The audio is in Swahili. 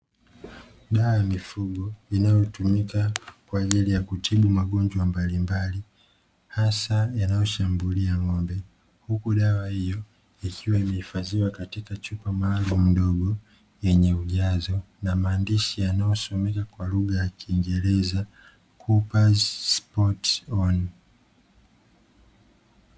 Dawa ya mifugo inayotumika kwa ajili ya kutibu magonjwa mbalimbali, hasa yanayoshambulia ng’ombe. Huku dawa hiyo ikiwa imehifadhiwa katika chupa maalumu ndogo, yenye ujazo na maandishi yanayosomeka kwa lugha ya kiingereza "COOPERS SPOT ON".